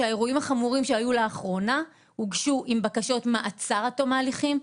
שהאירועים החמורים שהיו לאחרונה הוגשו עם בקשות מעצר עד תום ההליכים.